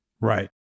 Right